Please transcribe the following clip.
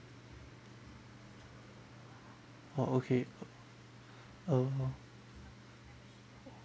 orh okay uh